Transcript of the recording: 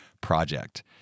project